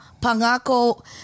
Pangako